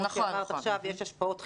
וכפי שאמרת עכשיו יש השפעות חיצוניות.